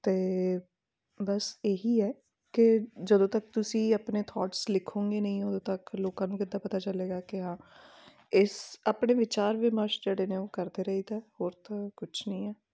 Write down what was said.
ਅਤੇ ਬਸ ਇਹੀ ਹੈ ਕਿ ਜਦੋਂ ਤੱਕ ਤੁਸੀਂ ਆਪਣੇ ਥੋਟਸ ਲਿਖੋਂਗੇ ਨਹੀਂ ਉਦੋਂ ਤੱਕ ਲੋਕਾਂ ਨੂੰ ਕਿੱਦਾ ਪਤਾ ਚੱਲੇਗਾ ਕਿ ਹਾਂ ਇਸ ਆਪਣੇ ਵਿਚਾਰ ਵਿਮਸ਼ ਜਿਹੜੇ ਨੇ ਉਹ ਕਰਦੇ ਰਹੀਦਾ ਹੋਰ ਤਾਂ ਕੁਛ ਨਹੀਂ ਹੈ